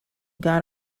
got